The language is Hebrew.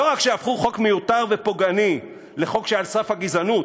לא רק שהפכו חוק מיותר ופוגעני לחוק שעל סף הגזענות,